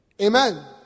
Amen